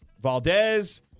Valdez